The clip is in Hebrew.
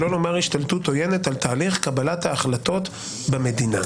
שלא לומר השתלטות עוינת על תהליך קבלת ההחלטות במדינה.